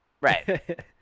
Right